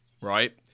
right